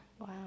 wow